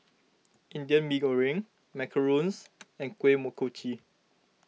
Indian Mee Goreng Macarons and Kuih Kochi